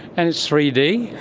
and it's three d.